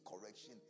correction